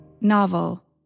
Novel